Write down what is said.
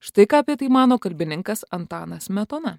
štai ką apie tai mano kalbininkas antanas smetona